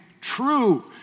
true